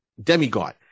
demigod